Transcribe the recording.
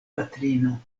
patrino